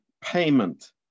payment